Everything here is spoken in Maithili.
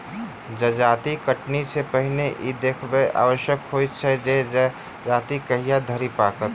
जजाति कटनी सॅ पहिने ई देखब आवश्यक होइत छै जे जजाति कहिया धरि पाकत